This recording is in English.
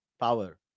power